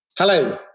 Hello